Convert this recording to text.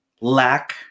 lack